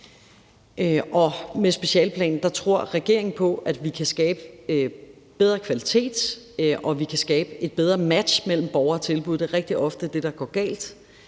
med specialeplanen tror regeringen på, at vi kan skabe bedre kvalitet, og at vi kan skabe et bedre match mellem borger og tilbud. Det er rigtig ofte det, der går galt,